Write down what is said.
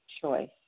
choice